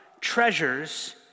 treasures